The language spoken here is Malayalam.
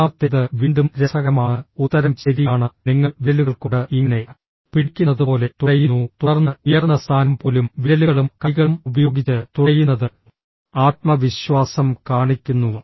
ഏഴാമത്തേത് വീണ്ടും രസകരമാണ് ഉത്തരം ശരിയാണ് നിങ്ങൾ വിരലുകൾ കൊണ്ട് ഇങ്ങനെ പിടിക്കുന്നതുപോലെ തുഴയുന്നു തുടർന്ന് ഉയർന്ന സ്ഥാനം പോലും വിരലുകളും കൈകളും ഉപയോഗിച്ച് തുഴയുന്നത് ആത്മവിശ്വാസം കാണിക്കുന്നു